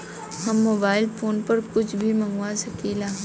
हम mobile phone पर कुछ भी मंगवा सकिला?